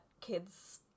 kids